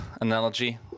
analogy